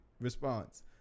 response